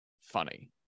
funny